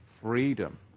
freedom